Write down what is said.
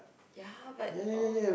ya but uh